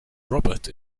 roberts